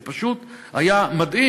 זה פשוט היה מדהים.